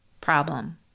problem